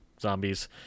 zombies